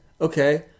okay